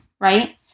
right